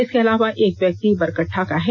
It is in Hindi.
इसके अलावा एक व्यक्ति बरकट्ठा का है